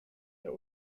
der